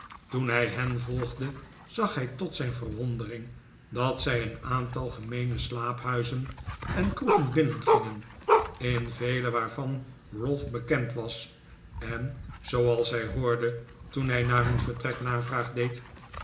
toen hij hen volgde zag hij tot zijn verwondering dat zij een aantal gemeene slaaphuizen en kroegen binnengingen in vele waarvan ralph bekend was en zooals hij hoorde toen hij na hun vertrek navraag deed